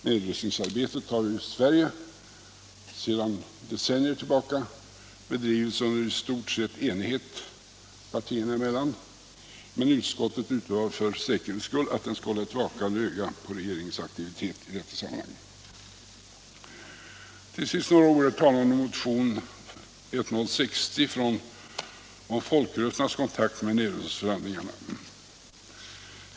Nedrustningsarbetet har i Sverige sedan decennier tillbaka bedrivits under i stort sett enighet partierna emellan, men utskottet uttalar för säkerhets skull att det skall hålla ett vakande öga på regeringens aktivitet i detta sammanhang. Till sist, herr talman, några ord om motionen 1060 om folkrörelsernas kontakt med nedrustningsförhandlingarna.